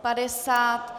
50.